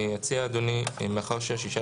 אני אציע, אדוני, מאחר שה-16